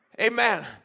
Amen